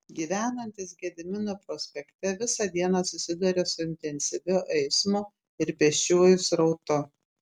gyvenantys gedimino prospekte visą dieną susiduria su intensyviu eismo ir pėsčiųjų srautu